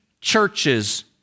Churches